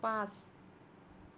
পাঁচ